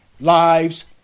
lives